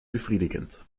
befriedigend